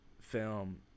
film